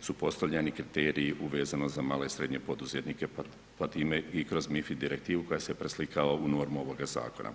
su postavljeni kriteriji vezano za male i srednje poduzetnike, pa time i kroz MF Direktivu koja se preslikava u normu ovoga zakona.